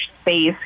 space